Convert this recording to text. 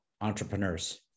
Entrepreneurs